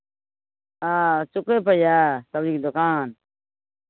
हँ शुक्र बजार सबजीके दोकान